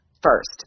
First